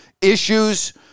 issues